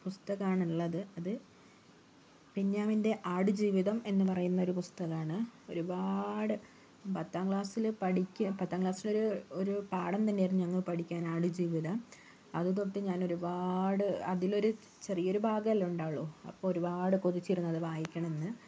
പുസ്തകമാണ് ഉള്ളത് അത് ബെന്യാമിൻ്റെ ആടുജീവിതം എന്നുപറയുന്ന ഒരു പുസ്തകമാണ് ഒരുപാട് പത്താം ക്ലാസിൽ പഠിക്കുക പത്താം ക്ലാസ്സിലൊരു ഒരു പാഠം തന്നെയായിരുന്നു ഞങ്ങൾക്ക് പഠിക്കാൻ ആടുജീവിതം അത് തൊട്ട് ഞാൻ ഒരുപാട് അതിലൊരു ചെറിയൊരു ഭാഗം അല്ലെ ഉണ്ടാകൊള്ളൂ അപ്പോൾ ഒരുപാട് കൊതിച്ചിരുന്നു അത് വായിക്കണം എന്ന്